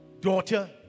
daughter